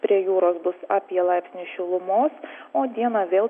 prie jūros bus apie laipsnį šilumos o dieną vėl